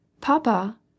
Papa